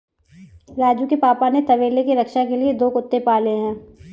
राजू के पापा ने तबेले के रक्षा के लिए दो कुत्ते पाले हैं